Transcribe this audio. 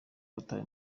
watawe